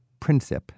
Princip